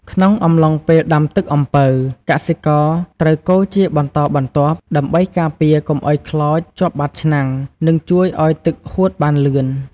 ក្នុងអំឡុងពេលដាំទឹកអំពៅ កសិករត្រូវកូរជាបន្តបន្ទាប់ ដើម្បីការពារកុំឱ្យខ្លោចជាប់បាតឆ្នាំង និងជួយឱ្យទឹកហួតបានលឿន។